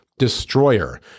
Destroyer